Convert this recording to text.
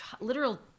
literal